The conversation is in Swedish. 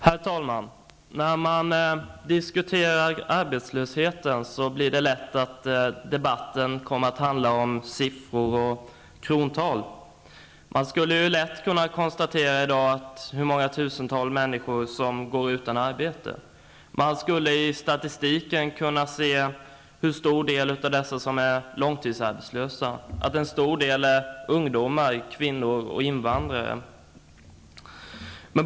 Herr talman! När man diskuterar arbetslösheten tenderar debatten att handla om siffror och krontal. Man kan lätt konstatera hur många tusentals människor som går utan arbete. I statistiken kan man se hur många av dessa människor som är långtidsarbetslösa och att en stor del av dessa utgörs av ungdomar, kvinnor och invandrare.